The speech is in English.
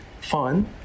fun